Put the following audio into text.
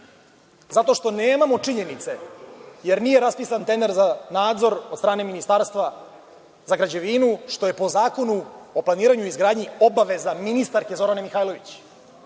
zato što nemamo činjenice jer nije raspisan tender za nadzor od strane Ministarstva za građevinu, što je po Zakonu o planiranju i izgradnji obaveza ministarke Zorane Mihajlović.